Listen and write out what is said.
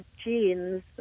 genes